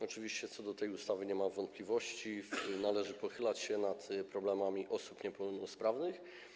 Oczywiście co do tej ustawy nie ma wątpliwości, należy pochylać się nad problemami osób niepełnosprawnych.